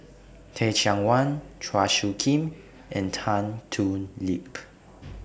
Teh Cheang Wan Chua Soo Khim and Tan Thoon Lip